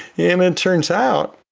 yeah it turns out,